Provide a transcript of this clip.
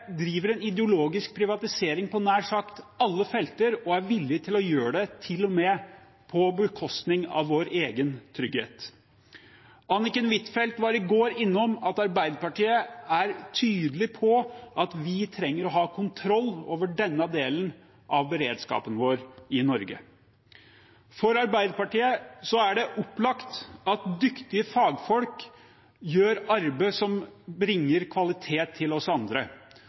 driver en ideologisk privatisering på nær sagt alle felter og er villig til å gjøre det til og med på bekostning av vår egen trygghet. Anniken Huitfeldt var i går innom at Arbeiderpartiet er tydelig på at vi trenger å ha kontroll over denne delen av beredskapen vår i Norge. For Arbeiderpartiet er det opplagt at dyktige fagfolk gjør arbeid som bringer kvalitet til oss andre,